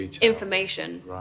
information